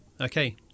Okay